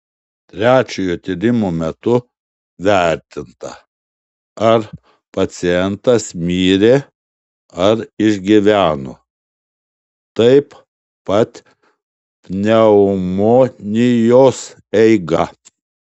trečiojo tyrimo metu vertinta ar pacientas mirė ar išgyveno taip pat pneumonijos eiga